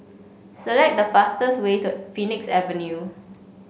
select the fastest way to Phoenix Avenue